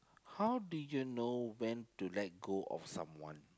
how do you know when to let go of someone